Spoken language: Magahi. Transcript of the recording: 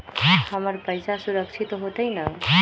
हमर पईसा सुरक्षित होतई न?